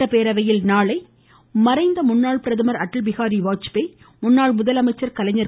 சட்டப்பேரவையில் நாளை மறைந்த முன்னாள் பிரதமர் அடல்பிஹாரி வாஜ்பேய் முன்னாள் முதலமைச்சர் கலைஞர்